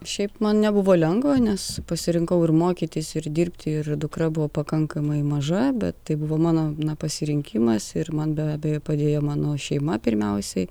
šiaip man nebuvo lengva nes pasirinkau ir mokytis ir dirbti ir dukra buvo pakankamai maža bet tai buvo mano pasirinkimas ir man be abejo padėjo mano šeima pirmiausiai